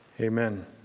amen